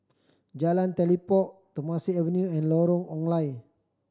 Jalan Telipok Temasek Avenue and Lorong Ong Lye